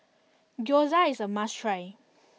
Gyoza is a must try